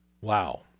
Wow